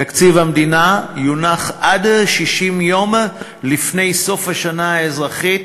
תקציב המדינה יונח עד 60 יום לפני סוף השנה האזרחית,